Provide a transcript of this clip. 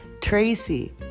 Tracy